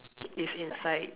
it's inside mm